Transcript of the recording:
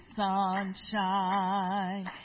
sunshine